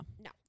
No